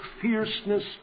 fierceness